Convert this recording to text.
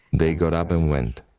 they got up and went.